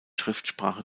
schriftsprache